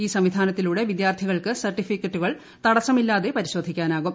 ഈ സംവിധാ നത്തിലൂടെ വിദ്യാർത്ഥികൾക്ക് സർട്ടിഫിക്കറ്റുകൾ തടസ്സമില്ലാതെ പരിശോധിക്കാനാകും